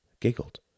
giggled